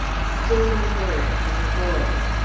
still no word from the boys.